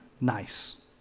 nice